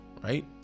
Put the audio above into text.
right